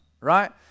right